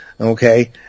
Okay